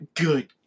Good